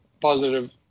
positive